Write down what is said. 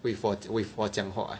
with 我 with 我讲话 leh